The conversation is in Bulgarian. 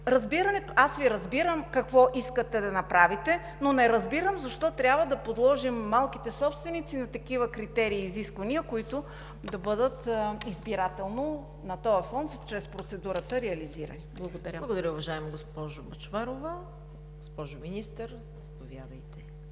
осъществяват. Аз Ви разбирам какво искате да направите, но не разбирам защо трябва да подложим малките собственици на такива критерии и изисквания, които да бъдат избирателни на този фонд, чрез процедурата „Реализирани“. ПРЕДСЕДАТЕЛ ЦВЕТА КАРАЯНЧЕВА: Благодаря, уважаема госпожо Бъчварова. Госпожо Министър, заповядайте.